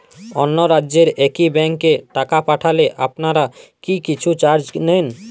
অন্য রাজ্যের একি ব্যাংক এ টাকা পাঠালে আপনারা কী কিছু চার্জ নেন?